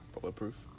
Bulletproof